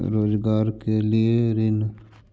रोजगार के लिए ऋण?